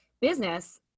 business